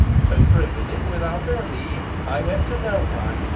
so privily without their leave i went to delphi,